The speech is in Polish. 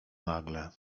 nagle